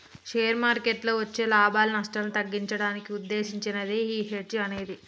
share మార్కెట్టులో వచ్చే లాభాలు, నష్టాలను తగ్గించడానికి వుద్దేశించినదే యీ హెడ్జ్ అనేది